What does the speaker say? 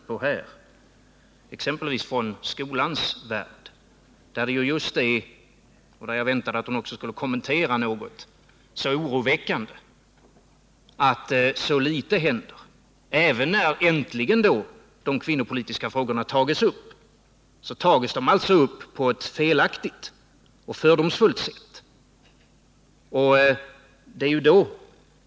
Det gällde bl.a. skolans värld, där det just är — och där jag också väntade att Margaretha af Ugglas skulle göra någon kommentar — så oroväckande att så litet händer. Även när då äntligen de kvinnopolitiska frågorna tas upp, så tas de alltså upp på ett felaktigt och fördomsfullt sätt.